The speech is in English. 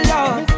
Lord